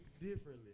differently